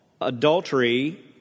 adultery